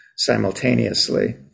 Simultaneously